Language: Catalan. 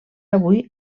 avui